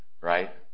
right